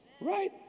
right